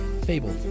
Fable